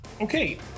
Okay